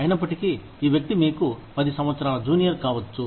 అయినప్పటికీ ఈ వ్యక్తి మీకు పది సంవత్సరాల జూనియర్ కావచ్చు